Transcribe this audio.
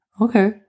Okay